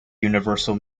universal